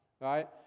right